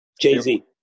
Jay-Z